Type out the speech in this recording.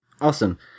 Awesome